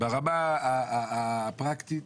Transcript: ברמה הפרקטית,